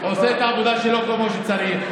עושה את העבודה שלו כמו שצריך,